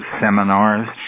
seminars